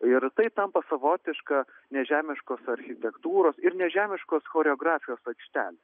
ir tai tampa savotiška nežemiškos architektūros ir nežemiškos choreografijos aikštelė